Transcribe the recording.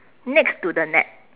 next to the net